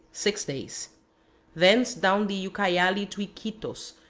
six days thence down the ucayali to iquitos,